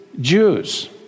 Jews